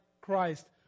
Christ